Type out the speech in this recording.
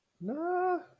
no